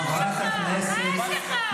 אבל גנץ הוא בממשלה שלך, מה יש לך?